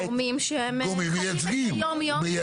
גורמים שחיים את היום-יום.